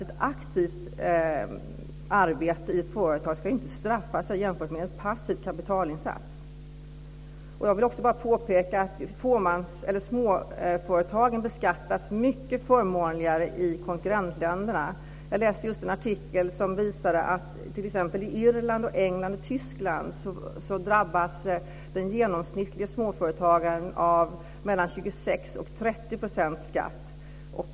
Ett aktivt arbete i ett företag ska inte straffas jämfört med en passiv kapitalinsats. Jag vill påpeka att småföretagen beskattas mycket förmånligare i konkurrentländerna. Jag läste just en artikel som visar att i t.ex. Irland, England och Tyskland drabbas den genomsnittliga småföretagaren av 26-30 % skatt.